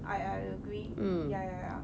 I I agree ya ya ya